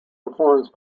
performance